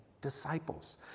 disciples